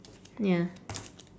ya